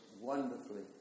wonderfully